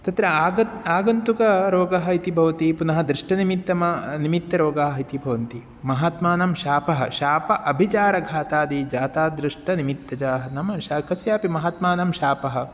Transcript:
तत्र आगतः आगन्तुकरोगः इति भवति पुनः दृष्टनिमित्ताः निमित्ताः रोगाः इति भवन्ति महात्मानं शापः शापः अभिचारघातादि जातादृष्टनिमित्तजाः नाम शा कस्यापि महात्मानं शापः